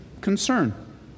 concern